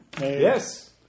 Yes